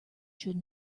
should